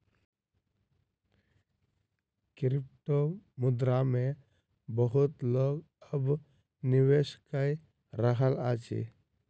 क्रिप्टोमुद्रा मे बहुत लोक अब निवेश कय रहल अछि